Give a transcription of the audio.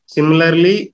Similarly